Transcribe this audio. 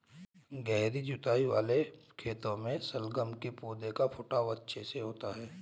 गहरी जुताई वाले खेतों में शलगम के पौधे का फुटाव अच्छे से होता है